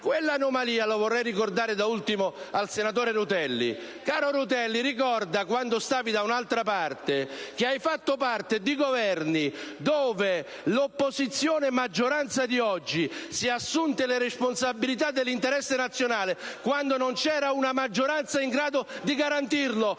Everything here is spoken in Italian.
quell'anomalia che vorrei ricordare da ultimo al senatore Rutelli. Caro Rutelli, ricorda, quando stavi da un'altra parte, che hai fatto parte di Governi dove l'opposizione - maggioranza di oggi - si è assunta la responsabilità dell'interesse nazionale quando non vi era una maggioranza in grado di garantirlo.